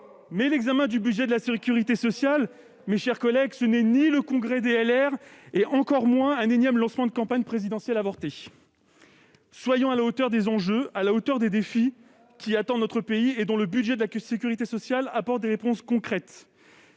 ... L'examen du budget de la sécurité sociale, mes chers collègues, n'est ni le congrès des Républicains ni un énième lancement de campagne présidentielle avorté ! Soyons à la hauteur des enjeux et des défis qui attendent notre pays et auxquels le budget de la sécurité sociale apporte des réponses concrètes.